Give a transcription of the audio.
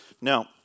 Now